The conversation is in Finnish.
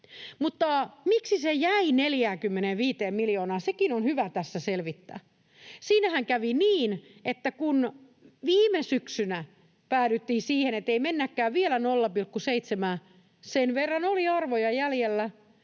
Mutta miksi se jäi 45 miljoonaan, sekin on hyvä tässä selvittää. Siinähän kävi niin, että kun viime syksynä päädyttiin siihen, että ei mennäkään vielä 0,7:ään. Sen verran oli arvoja jäljellä,